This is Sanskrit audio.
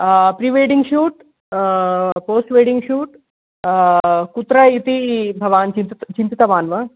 prewedding shoot post wedding shoot कुत्र इति भवान् चिन्तितवान् वा